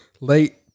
late-